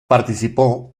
participó